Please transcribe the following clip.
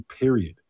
period